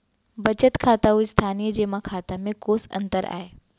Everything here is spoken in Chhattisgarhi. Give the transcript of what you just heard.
बचत खाता अऊ स्थानीय जेमा खाता में कोस अंतर आय?